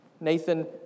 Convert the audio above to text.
Nathan